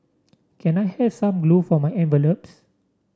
can I have some glue for my envelopes